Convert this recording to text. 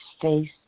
face